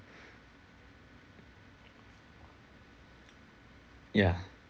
ya